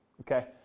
okay